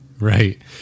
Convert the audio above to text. Right